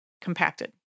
compacted